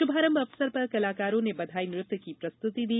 शुभारंभ अवसर पर कलाकारों ने बधाई नृत्य की प्रस्तुति दी